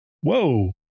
Whoa